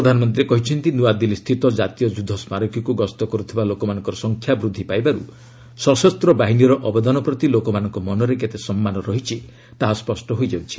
ପ୍ରଧାନମନ୍ତ୍ରୀ କହିଛନ୍ତି ନୂଆଦିଲ୍ଲୀସ୍ଥିତ କାତୀୟ ଯୁଦ୍ଧ ସ୍କାରକୀକୁ ଗସ୍ତ କରୁଥିବା ଲୋକମାନଙ୍କ ସଂଖ୍ୟା ବୃଦ୍ଧି ପାଇବାରୁ ସଶସ୍ତ ବାହିନୀର ଅବଦାନ ପ୍ରତି ଲୋକମାନଙ୍କ ମନରେ କେତେ ସମ୍ମାନ ରହିଛି ତାହା ସ୍ୱଷ୍ଟ ହୋଇଯାଉଛି